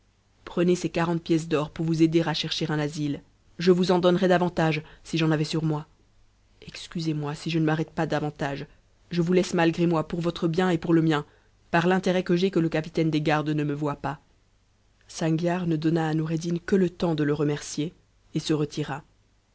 tt cnez ces quarante pièces d'or pour vous aider à chercher un asile je us en donnerais davantage si j'en avais sur moi excusez-moi si je t'arrête pas davantage je vous laisse malgré moi pour votre bien h out emien par l'intérêt que j'ai que ie capitaine des gardes ne me voie pas sangiar ne donna à noureddin que le temps de le remercier et scret'm